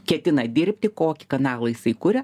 ketina dirbti kokį kanalą jisai kuria